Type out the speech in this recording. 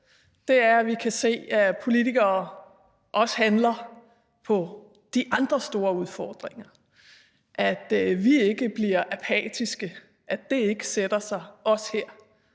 håb, er, at vi kan se, at politikere også handler på de andre store udfordringer, at vi ikke bliver apatiske, at det ikke også sætter sig her.